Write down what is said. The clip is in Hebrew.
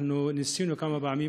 ניסינו כמה פעמים,